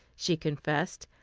she confessed.